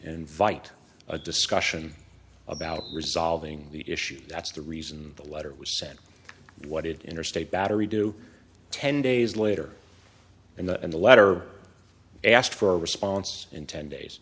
invite a discussion about resolving the issue that's the reason the letter was sent what it interstate battery do ten days later and in the letter asked for a response in ten days